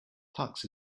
tux